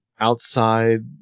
outside